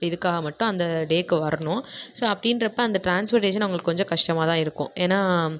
இதுக்காக மட்டும் அந்த டேக்கு வரணும் ஸோ அப்படின்றப்ப அந்த ட்ரான்ஸ்பர்டேஷன் அவங்களுக்கு கொஞ்சம் கஷ்டமாக தான் இருக்கும் ஏன்னா